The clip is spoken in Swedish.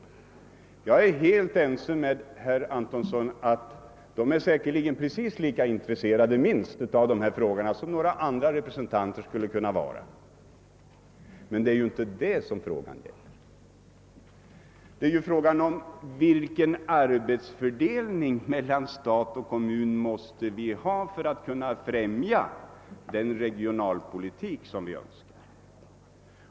Jag är helt ense med herr Antonsson om att landstingsmännen säkerligen är minst lika intresserade av dessa frågor som några andra skulle vara. Men det är inte det frågan gäller. Nej, frågeställningen är: Vilken arbetsfördelning mellan stat och kommun måste vi ha för att kunna främja den regionalpolitik vi önskar?